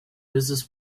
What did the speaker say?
business